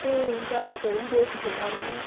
ए हुन्छ तपाईँहरू पनि देउसी खेल्नु आउनु